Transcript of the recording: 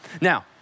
Now